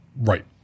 right